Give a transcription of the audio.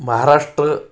Maharashtra